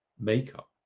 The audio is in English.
makeup